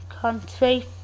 country